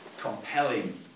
compelling